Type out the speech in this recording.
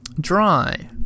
dry